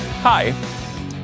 Hi